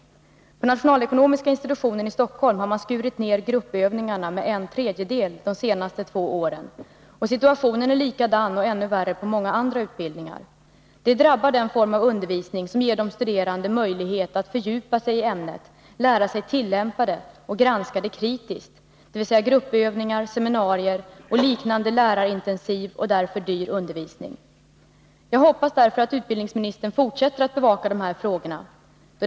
På nationalekonomiska institutionen i Stockholm har man skurit ned gruppövningarna med en tredjedel under de senaste två åren. Situationen är likadan och ibland ännu värre när det gäller många andra utbildningar. Det drabbar den form av undervisning som ger de studerande möjlighet att fördjupa sig i sitt ämne, lära sig tillämpa materialet och granska det kritiskt — dvs. gruppövningar, seminarier och liknande lärarintensiv och därför dyr undervisning. Jag hoppas således att utbildningsministern fortsätter att bevaka de här frågorna.